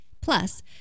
plus